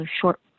short